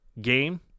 game